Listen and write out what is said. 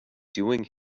doing